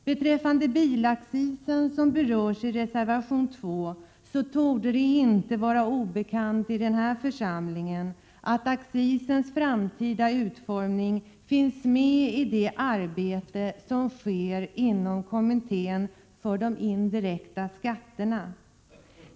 Beträffande bilaccisen, som berörs i reservation 2, torde det inte vara obekant i denna församling att accisens framtida utformning ingår i det arbete som sker inom utredningen för de indirekta skatterna.